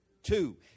Two